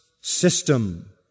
system